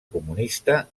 comunista